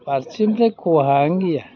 फारसेथिंनिफ्राय खहायानो गैया